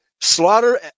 slaughter